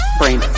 Brain